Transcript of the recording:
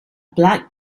black